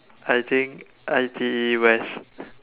I think I_T_E West